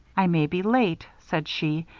i may be late, said she,